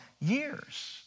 years